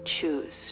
choose